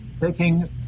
taking